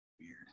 Weird